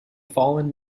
fallen